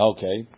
Okay